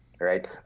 right